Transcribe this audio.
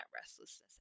restlessness